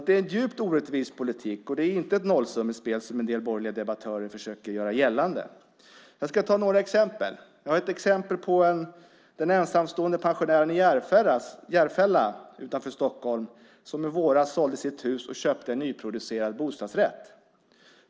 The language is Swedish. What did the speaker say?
Det är en djupt orättvis politik, och det är inte ett nollsummespel som en del borgerliga debattörer försöker göra gällande. Jag ska ta några exempel. Jag har ett exempel på en ensamstående pensionärer i Järfälla utanför Stockholm som i våras sålde sitt hus och köpte en nyproducerad bostadsrätt.